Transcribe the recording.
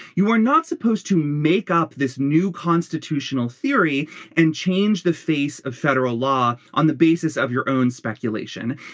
you are not supposed to make up this new constitution theory and change the face of federal law on the basis of your own speculation.